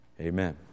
Amen